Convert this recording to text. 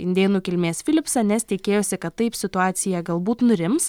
indėnų kilmės filipsą nes tikėjosi kad taip situacija galbūt nurims